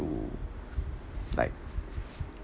to like